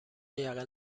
یقه